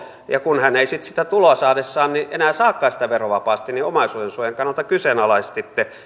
ja kun hän ei sitten sitä tuloa saadessaan enää saakaan sitä verovapaasti niin omaisuudensuojan kannalta kyseenalaistitte